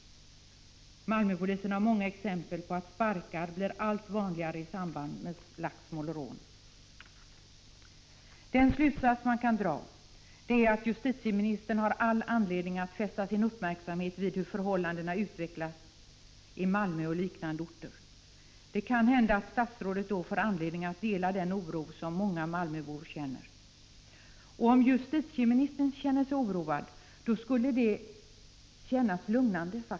Enligt Malmöpolisen finns det många exempel på att sparkar blir allt vanligare i samband med slagsmål och rån. Den slutsats man kan dra är att justitieministern har all anledning att fästa uppmärksamheten på utvecklingen av förhållandena i Malmö och på jämförbara orter. Om statsrådet blir uppmärksam på förhållandena, kanske även statsrådet delar den oro som många medborgare känner. Om justitieministern känner sig oroad, upplevs det faktiskt som lugnande.